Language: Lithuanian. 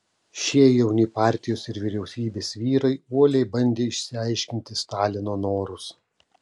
šie jauni partijos ir vyriausybės vyrai uoliai bandė išsiaiškinti stalino norus